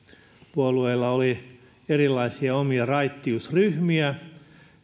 puolueilla oli erilaisia omia raittiusryhmiä